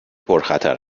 پرخطر